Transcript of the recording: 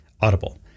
Audible